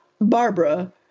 Barbara